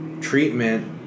treatment